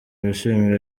bishima